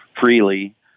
freely